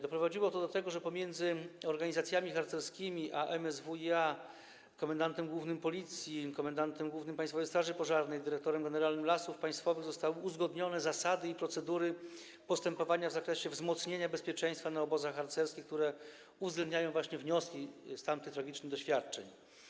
Doprowadziło to do tego, że pomiędzy organizacjami harcerskimi a MSWiA, komendantem głównym Policji, komendantem głównym Państwowej Straży Pożarnej, dyrektorem generalnym Lasów Państwowych zostały uzgodnione zasady i procedury postępowania w zakresie wzmocnienia bezpieczeństwa na obozach harcerskich, które uwzględniają wnioski z tamtych tragicznych doświadczeń.